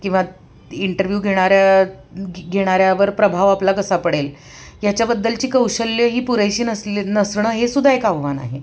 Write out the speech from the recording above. किंवा इंटरव्ह्यू घेणाऱ्या घेणाऱ्यावर प्रभाव आपला कसा पडेल याच्याबद्दलची कौशल्य ही पुरेशी नसले नसणं हेसुद्धा एक आव्हान आहे